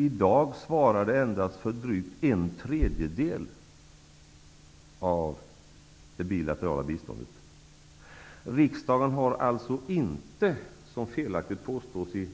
I dag svarar de endast för drygt en tredjedel av det bilaterala biståndet. Riksdagen har alltså inte, som felaktigt påstås i